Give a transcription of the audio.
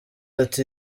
ati